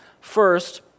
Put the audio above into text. First